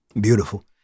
beautiful